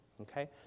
okay